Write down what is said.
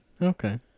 Okay